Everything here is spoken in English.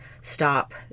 stop